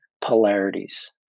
Polarities